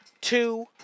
two